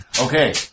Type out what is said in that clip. Okay